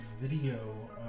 video